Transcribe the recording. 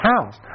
house